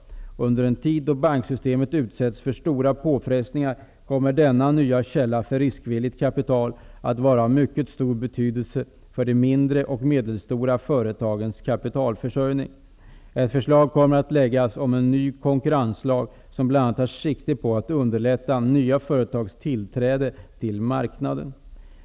Under en tid då banksystemet utsätts för stora påfrestningar kommer denna nya källa för riskvilligt kapital att vara av mycket stor betydelse för de mindre och medelstora företagens kapitalförsörjning. Ett förslag kommer att läggas om en ny konkurrenslag, som bl.a. tar sikte på att underlätta nya företags tillträde till marknaden.